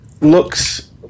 looks